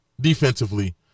defensively